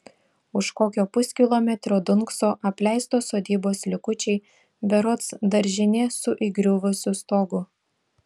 už kokio puskilometrio dunkso apleistos sodybos likučiai berods daržinė su įgriuvusiu stogu